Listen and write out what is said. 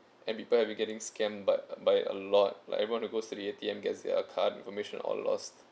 and people have been getting scammed but by a lot like everyone who goes to the A_T_M gets their card information all lost